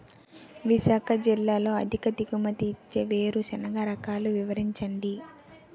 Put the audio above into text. విశాఖ జిల్లాలో అధిక దిగుమతి ఇచ్చే వేరుసెనగ రకాలు వివరించండి?